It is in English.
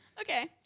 Okay